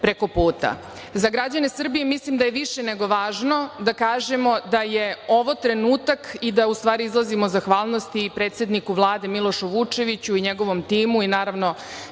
prekoputa.Za građane Srbije mislim da je više nego važno da kažemo da je ovo trenutak i da u stvari izrazimo zahvalnost i predsedniku Vlade Milošu Vučeviću i njegovom timu i naravno